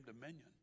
dominion